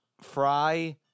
Fry